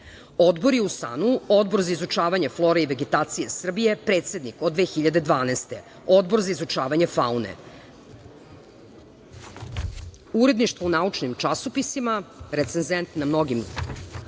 odbori u SANU, odbori za izučavanje flore i vegetacije Srbije, predsednik od 2012. godine. Odbor za izučavanje faune. Uredništvo u naučnim časopisima, recenzent na mnogim